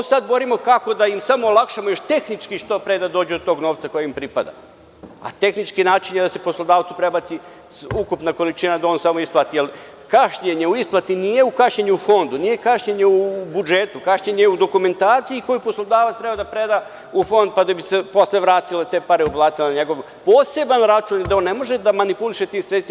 Ovo sada govorimo kako da im samo olakšamo još tehnički što pre da dođu do tog novca koji im pripada, a tehnički način je da se poslodavcu prebaci ukupna količina, da on samo isplati, jer kašnjenje u isplati nije kašnjenje u Fondu, nije kašnjenje u budžetu, kašnjenje je u dokumentaciji koju poslodavac treba da preda u Fond, pa da bi se posle vratile te pare, uplatile na njegov poseban račun i da on ne može da manipuliše tim sredstvima.